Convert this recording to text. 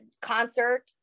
concert